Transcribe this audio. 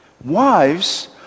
Wives